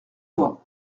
fois